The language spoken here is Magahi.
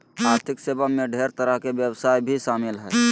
आर्थिक सेवा मे ढेर तरह के व्यवसाय भी शामिल हय